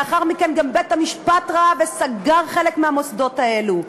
לאחר מכן גם בית-המשפט ראה וסגר חלק מהמוסדות האלה.